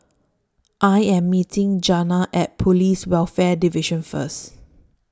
I Am meeting Janna At Police Welfare Division First